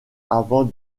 avant